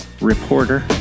reporter